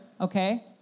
okay